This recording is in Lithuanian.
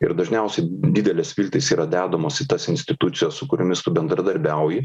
ir dažniausiai didelės viltys yra dedamos į tas institucijas su kuriomis tu bendradarbiauji